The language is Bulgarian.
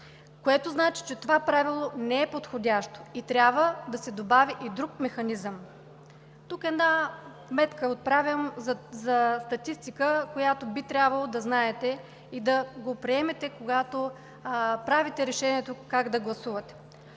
което значи, че това правило не е подходящо и трябва да се добави и друг механизъм. Тук една вметка отправям за статистика, която би трябвало да знаете, когато вземате решението как да гласувате.